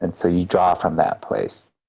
and so you draw from that place.